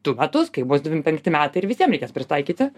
du metus kai bus dvim penkti metai ir visiem reikės prisitaikyti